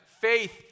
faith